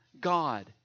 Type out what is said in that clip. God